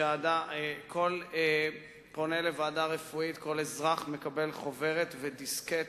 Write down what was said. שכל פונה לוועדה רפואית מקבל מראש חוברת ודיסקט